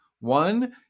one